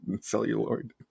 celluloid